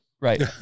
Right